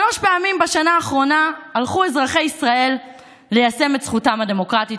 שלוש פעמים בשנה האחרונה הלכו אזרחי ישראל ליישם את זכותם הדמוקרטית,